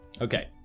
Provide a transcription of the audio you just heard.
Okay